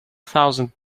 thousand